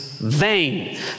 Vain